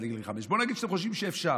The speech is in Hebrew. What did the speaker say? לגיל 5. בואו נגיד שאתם חושבים שאפשר,